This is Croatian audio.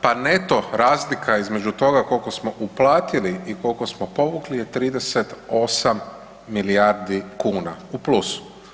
Pa neto razlika između toga koliko smo uplatili i koliko smo povukli je 38 milijardi kuna u plusu.